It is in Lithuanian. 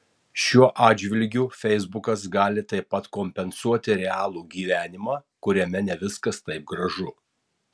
šiuo atžvilgiu feisbukas gali taip pat kompensuoti realų gyvenimą kuriame ne viskas taip gražu